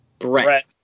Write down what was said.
Brett